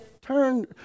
Turn